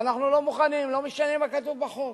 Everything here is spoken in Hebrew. ואנחנו לא מוכנים, לא משנה מה כתוב בחוק.